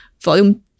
volume